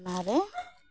ᱚᱱᱟ ᱨᱮ